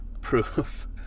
proof